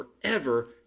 forever